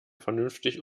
vernünftig